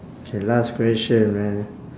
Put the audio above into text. okay last question man